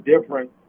different